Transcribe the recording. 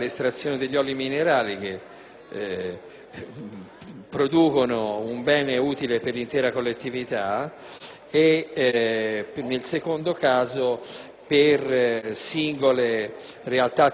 producono un bene utile per l'intera collettività, e, nel secondo caso, per singole realtà territoriali svantaggiate.